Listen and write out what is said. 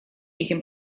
этим